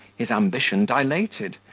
his ambition dilated,